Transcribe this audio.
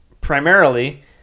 primarily